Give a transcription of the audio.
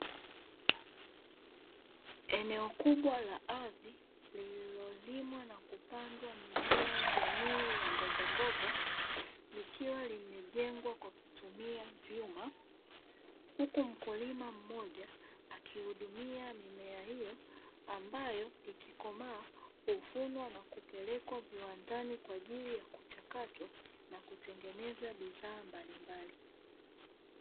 Eneo kubwa la ardhi lililolimwa na kupandwa mimea jamii ya mbogamboga, likiwa limejengwa kwa kutumia vyuma, huku mkulima mmoja akihudumia mimea hiyo ambayo ikikomaa huvunwa na kupelekwa viwandani kwa ajili ya kuchakatwa na kutengeneza bidhaa mbalimbali.